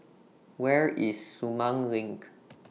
Where IS Sumang LINK